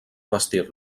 bastir